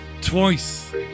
twice